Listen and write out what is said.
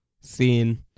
seen